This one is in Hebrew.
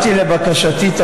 לבקשתי,